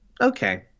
Okay